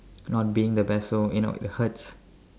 not being the best so you know it hurts